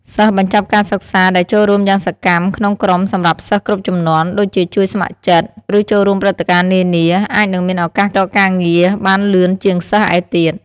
សិស្សបញ្ចប់ការសិក្សាដែលចូលរួមយ៉ាងសកម្មក្នុងក្រុមសម្រាប់សិស្សគ្រប់ជំនាន់ ដូចជាជួយស្ម័គ្រចិត្ត ឬចូលរួមព្រឹត្តិការណ៍នានា អាចនឹងមានឱកាសរកការងារបានលឿនជាងសិស្សឯទៀត។